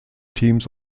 teams